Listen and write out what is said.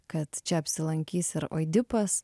kad čia apsilankys ir oidipas